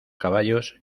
caballos